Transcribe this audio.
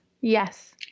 Yes